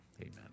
amen